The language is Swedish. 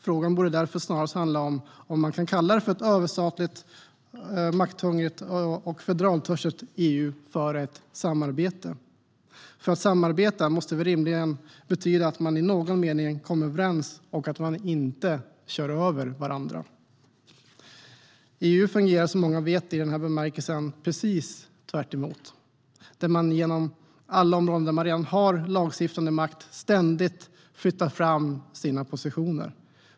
Frågan borde därför snarast gälla om man kan kalla ett överstatligt, makthungrigt och federaltörstigt EU för ett samarbete. Att samarbeta måste väl rimligen betyda att man i någon mening kommer överens och inte kör över varandra. EU fungerar, som många vet, i den här bemärkelsen precis tvärtemot. På alla områden där man redan har lagstiftande makt flyttar man ständigt fram sina positioner.